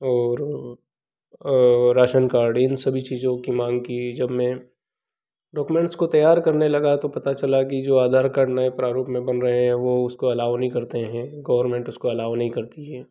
और ration card इन सभी चीज़ों की माँग की जब मैं डॉक्युमेंट्स को तैयार करने लगा तो पता चला कि जो आधार कार्ड नए प्रारूप में बन रहे हैं वो उसको अलाओ नहीं करते हैं गवर्मेंट उसको अलाओ नहीं करती है